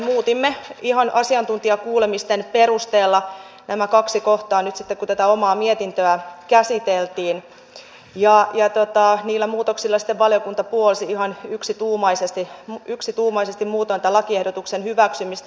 muutimme ihan asiantuntijakuulemisten perusteella nämä kaksi kohtaa nyt kun tätä omaa mietintöä käsittelimme ja niillä muutoksilla valiokunta puolsi ihan yksituumaisesti muutoin tämän lakiehdotuksen hyväksymistä